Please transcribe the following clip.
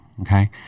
okay